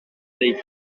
dei